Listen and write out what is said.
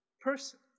person